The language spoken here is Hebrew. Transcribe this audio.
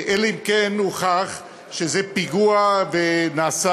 אלא אם כן הוכח שזה פיגוע ונעשה